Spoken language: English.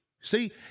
See